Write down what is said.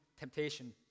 temptation